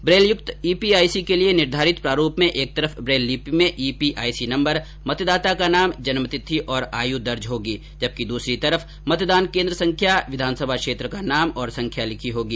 ब्रेलयुक्त EPIC के लिए निर्धारित प्रारूप में एक तरफ ब्रेल लिपि में ईपीआईसी नंबर मतदाता का नाम जन्मतिथि और आयु दर्ज होगी जबकि दुसरी तरफ मतदान केन्द्र संख्या विधानसभा क्षेत्र का नाम और संख्या लिखी होगी